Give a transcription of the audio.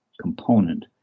component